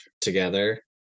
together